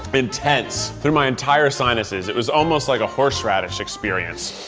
but intense. through my entire sinuses. it was almost like a horseradish experience.